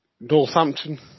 Northampton